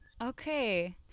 okay